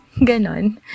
ganon